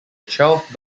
twelve